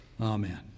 Amen